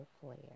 flare